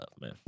man